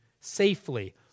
safely